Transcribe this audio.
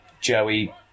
Joey